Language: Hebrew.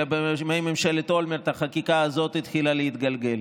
אלא בימי ממשלת אולמרט החקיקה הזאת התחילה להתגלגל.